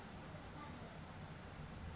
যে একাউল্ট বালাতে চায় সেগুলাকে ট্র্যাক ক্যরে